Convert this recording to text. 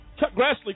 Grassley